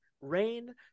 rain